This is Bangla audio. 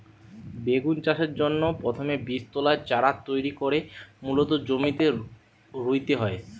বেগুন চাষের জন্যে প্রথমে বীজতলায় চারা তৈরি কোরে মূল জমিতে রুইতে হয়